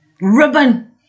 ribbon